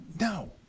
No